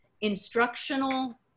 instructional